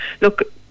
look